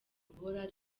guhora